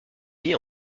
vit